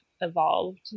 evolved